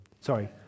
Sorry